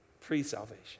Pre-salvation